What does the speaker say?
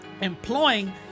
Employing